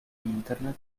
internet